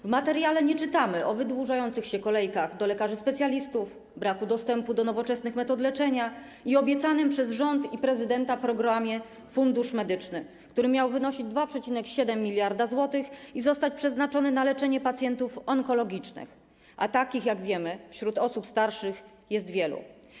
W materiale nie czytamy o wydłużających się kolejkach do lekarzy specjalistów, braku dostępu do nowoczesnych metod leczenia i obiecanym przez rząd i prezydenta programie „Fundusz medyczny”, który miał wynosić 2,7 mld zł i zostać przeznaczony na leczenie pacjentów onkologicznych, a takich, jak wiemy, wśród osób starszych jest wielu.